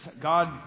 God